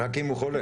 רק אם הוא חולה.